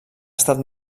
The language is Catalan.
estat